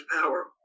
power